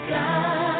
God